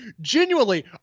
genuinely